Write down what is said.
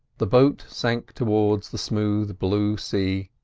the boat sank towards the smooth blue sea,